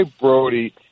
Brody